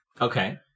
Okay